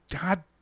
god